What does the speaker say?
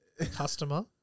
Customer